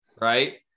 right